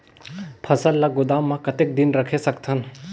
फसल ला गोदाम मां कतेक दिन रखे सकथन?